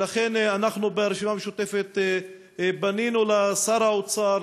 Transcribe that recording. ולכן אנחנו ברשימה המשותפת פנינו לשר האוצר,